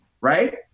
right